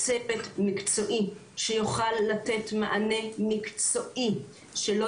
צוות מקצועי שיוכל לתת מענה מקצועי שלא